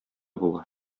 була